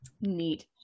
Neat